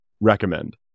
recommend